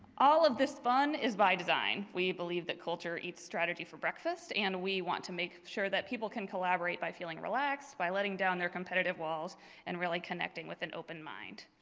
all of this fun is by design. we believe that culture eats strategy for breakfast and we want to make sure that people can collaborate by feeling relaxed, by letting down their competitive walls and really connecting with an open mind.